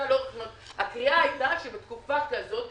הקריאה הייתה שבתקופה כזאת